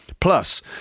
Plus